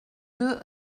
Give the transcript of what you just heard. deux